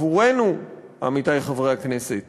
עבורנו, עמיתי חברי הכנסת,